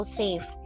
safe